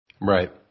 Right